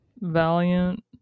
valiant